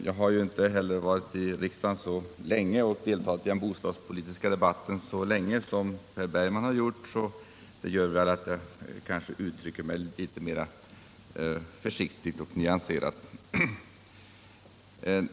Jag har inte heller varit i riksdagen så länge och har inte deltagit i den bostadspolitiska debatten så länge som Per Bergman, och jag uttrycker mig kanske därför litet mer försiktigt och nyanserat.